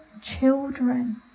children